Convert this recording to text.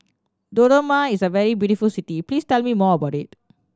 Dodoma is a very beautiful city please tell me more about it